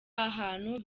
ahantu